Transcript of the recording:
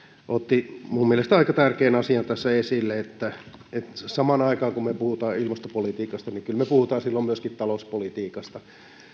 otti minun mielestäni aika tärkeän asian tässä esille samaan aikaan kun me puhumme ilmastopolitiikasta me puhumme kyllä silloin myöskin talouspolitiikasta